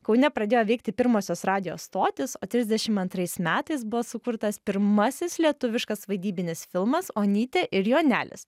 kaune pradėjo veikti pirmosios radijo stotys o trisdešimt antrais metais buvo sukurtas pirmasis lietuviškas vaidybinis filmas onytė ir jonelis